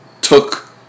took